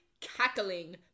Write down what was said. cackling